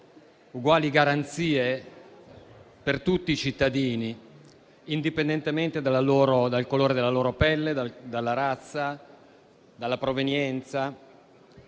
uguali garanzie per tutti i cittadini, indipendentemente dal colore della loro pelle, dalla razza e dalla provenienza.